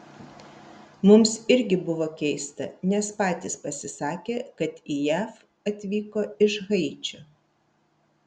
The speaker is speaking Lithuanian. mums irgi buvo keista nes patys pasisakė kad į jav atvyko iš haičio